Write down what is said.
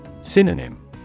Synonym